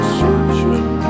searching